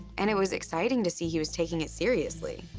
and it was exciting to see he was taking it seriously.